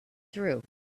through